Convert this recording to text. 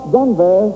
Denver